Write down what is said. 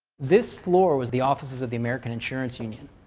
this floor was the offices of the american insurance union.